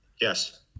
Yes